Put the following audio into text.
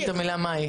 רק את המילה מאי.